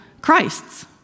Christs